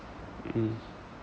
mm